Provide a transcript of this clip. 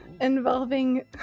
involving